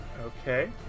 Okay